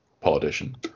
politician